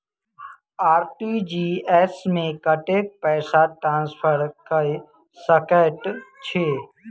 RTGS मे कतेक पैसा ट्रान्सफर कऽ सकैत छी?